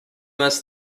must